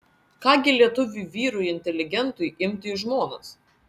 ką gi lietuviui vyrui inteligentui imti į žmonas